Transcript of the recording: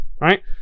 right